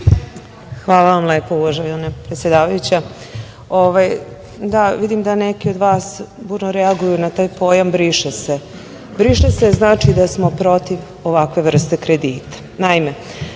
Hvala vam lepo, uvažena predsedavajuća. Vidim da neki od vas burno reaguju na taj pojam „briše se“.„Briše se“ znači da smo protiv ovakve vrste kredita. Naime,